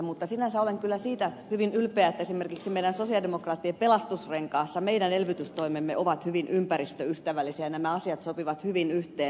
mutta sinänsä olen kyllä siitä hyvin ylpeä että esimerkiksi meidän sosialidemokraattien pelastusrenkaassa meidän elvytystoimemme ovat hyvin ympäristöystävällisiä ja nämä asiat sopivat hyvin yhteen